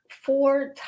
four